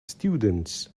students